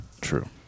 true